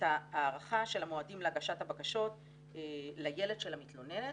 ההארכה של המועדים להגשת הבקשות לילד של המתלוננת,